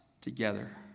together